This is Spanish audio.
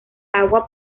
agua